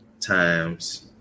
times